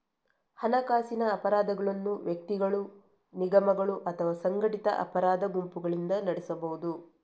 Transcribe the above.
ಹಣಕಾಸಿನ ಅಪರಾಧಗಳನ್ನು ವ್ಯಕ್ತಿಗಳು, ನಿಗಮಗಳು ಅಥವಾ ಸಂಘಟಿತ ಅಪರಾಧ ಗುಂಪುಗಳಿಂದ ನಡೆಸಬಹುದು